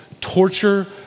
torture